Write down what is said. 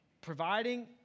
providing